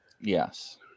Yes